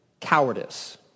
cowardice